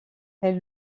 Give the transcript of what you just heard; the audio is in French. elle